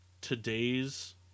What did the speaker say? today's